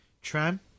tram